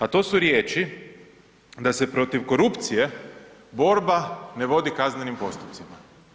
A to su riječi da se protiv korupcije borba ne vodi kaznenim postupcima.